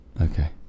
Okay